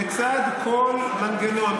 לצד כל מנגנון,